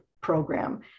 program